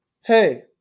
hey